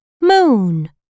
Moon